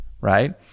Right